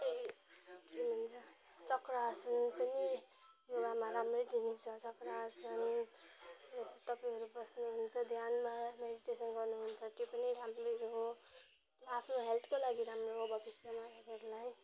के भन्छ चक्रासान पनि योगामा राम्रै देखिन्छ चक्रासान तपाईँहरू बस्नुहुन्छ ध्यानमा मेडिटेसन गर्नुहुन्छ त्यो पनि राम्रै हो आफ्नो हेल्थको लागि राम्रो हो भविष्यमा हामीहरूलाई